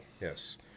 yes